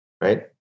right